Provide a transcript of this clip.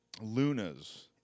Luna's